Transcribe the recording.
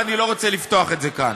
ואני לא רוצה לפתוח את זה כאן.